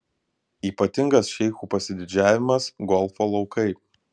ypatingas šeichų pasididžiavimas golfo laukai